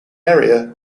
area